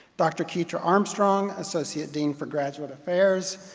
dr. ketra armstrong, associate dean for graduate affairs,